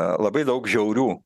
labai daug žiaurių